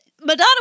Madonna